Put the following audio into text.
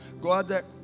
God